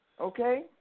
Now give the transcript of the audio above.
Okay